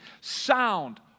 sound